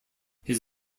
his